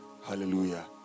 hallelujah